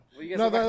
no